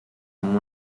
amb